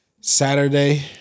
Saturday